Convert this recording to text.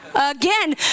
Again